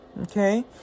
Okay